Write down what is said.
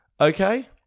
okay